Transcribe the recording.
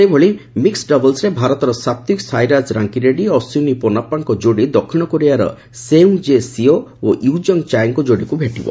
ସେହିଭଳି ମିକ୍କଡ ଡବଲ୍ସରେ ଭାରତର ସାତ୍ତ୍ୱିକ ସାଇରାଜ ରାଙ୍କିରେଡି ଓ ଅଶ୍ୱିନୀ ପୋନାସ୍ପାଙ୍କ ଯୋଡ଼ି ଦକ୍ଷିଣ କୋରିଆର ସେଉଙ୍ଗ୍ ଜେ ସିଓ ଓ ୟୁଜଙ୍ଗ୍ ଚାଏଙ୍କ ଯୋଡ଼ିକୁ ଭେଟିବ